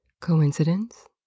Coincidence